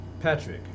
Patrick